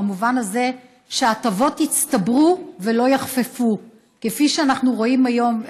במובן הזה שההטבות יצטברו ולא יחפפו כפי שאנחנו רואים היום.